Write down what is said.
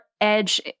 edge